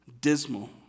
dismal